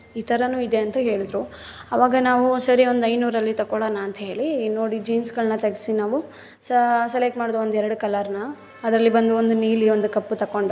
ಈ ಥರವೂ ಇದೆ ಅಂತ ಹೇಳಿದ್ರು ಅವಾಗ ನಾವು ಸರಿ ಒಂದು ಐನೂರಲ್ಲಿ ತೊಗೋಳೋಣ ಅಂಥೇಳಿ ನೋಡಿ ಜೀನ್ಸ್ಗಳನ್ನ ತೆಗಿಸಿ ನಾವು ಸೆಲೆಕ್ಟ್ ಮಾಡ್ದೆ ಒಂದು ಎರಡು ಕಲರ್ನ ಅದರಲ್ಲಿ ಬಂದು ಒಂದು ನೀಲಿ ಒಂದು ಕಪ್ಪು ತೊಗೊಂಡು